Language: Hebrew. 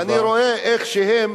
ואני רואה איך שהם